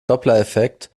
dopplereffekt